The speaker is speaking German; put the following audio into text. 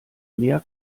mehr